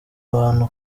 abantu